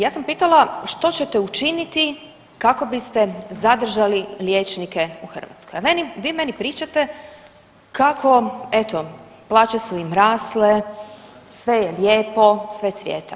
Ja sam pitala što ćete učiniti kako biste zadržali liječnike u Hrvatskoj, a vi meni pričate kako eto, plaće su im rasle, sve je lijepo, sve cvjeta.